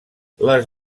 les